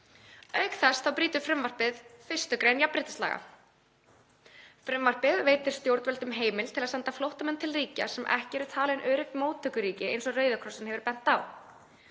Auk þess þá brýtur frumvarpið [gegn] 1. gr. jafnréttislaga. Frumvarpið veitir stjórnvöldum heimild til að senda flóttamenn til ríkja sem ekki eru talin örugg móttökuríki, eins og Rauði krossinn hefur bent á.